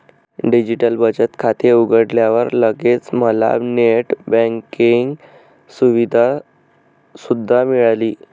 digital बचत खाते उघडल्यावर लगेच मला नेट बँकिंग सुविधा सुद्धा मिळाली